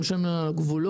הם שומרים לנו על הגבולות.